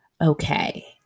Okay